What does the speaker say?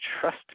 trust